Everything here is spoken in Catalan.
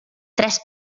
tres